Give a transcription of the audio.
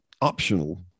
optional